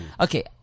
Okay